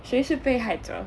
谁是被害者